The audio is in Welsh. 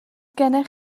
gennych